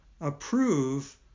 approve